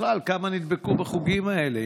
6. בכלל, כמה נדבקו בחוגים האלה?